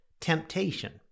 temptation